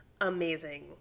amazing